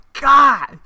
god